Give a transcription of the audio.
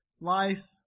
life